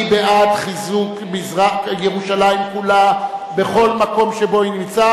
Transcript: אני בעד חיזוק מזרח-ירושלים כולה בכל מקום שבו נימצא,